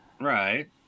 Right